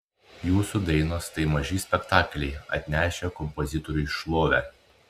jūsų dainos tai maži spektakliai atnešę kompozitoriui šlovę